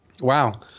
Wow